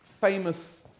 famous